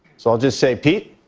so i'll just say, pete,